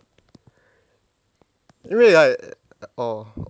因为 like orh